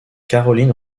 caroline